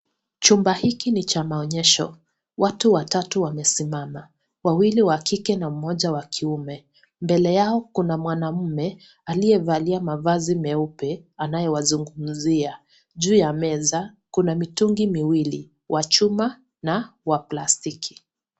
Chumba hiki ni cha maonyesho. Watu watatu wamesimama. Wawili wa kike na mmoja wa kiume. Mbele yao, kuna mwanaume aliyevalia mavazi meupe anayewazungumzia. Juu ya meza, kuna mitungi miwili wa chuma na wa plastiki.